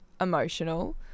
emotional